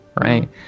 right